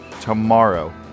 tomorrow